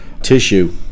tissue